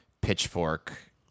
pitchfork